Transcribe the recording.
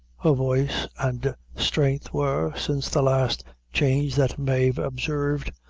her voice and strength were, since the last change that mave observed,